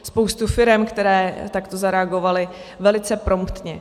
Spousta firem, které takto zareagovaly velice promptně.